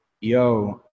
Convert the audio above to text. yo